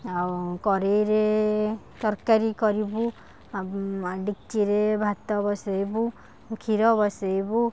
ଆଉ କରେଇରେ ତରକାରୀ କରିବୁ ଆଉ ଡେକଚିରେ ଭାତ ବସେଇବୁ କ୍ଷୀର ବସେଇବୁ